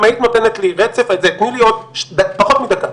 אם היית נותנת לי רצף, תני לי עוד פחות מדקה.